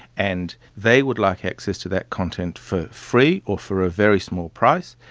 and they would like access to that content for free, or for a very small price,